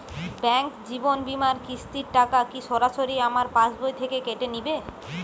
Bank জীবন বিমার কিস্তির টাকা কি সরাসরি আমার পাশ বই থেকে কেটে নিবে?